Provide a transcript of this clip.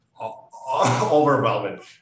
overwhelming